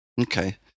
Okay